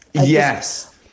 yes